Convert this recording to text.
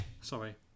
Sorry